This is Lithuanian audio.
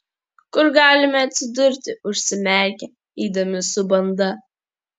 kur galime atsidurti užsimerkę eidami su banda